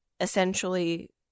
essentially